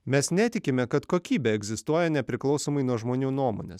mes netikime kad kokybė egzistuoja nepriklausomai nuo žmonių nuomonės